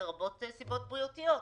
לרבות סיבות בריאותיות,